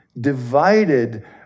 divided